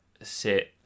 sit